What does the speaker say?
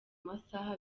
masaha